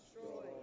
Destroy